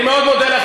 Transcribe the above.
אני מאוד מודה לךְ.